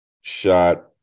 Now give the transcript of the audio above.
Shot